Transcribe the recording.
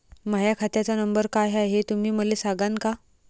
माह्या खात्याचा नंबर काय हाय हे तुम्ही मले सागांन का?